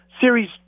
Series